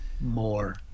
more